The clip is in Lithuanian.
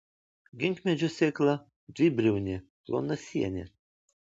ginkmedžio sėkla dvibriaunė plonasienė